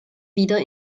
wieder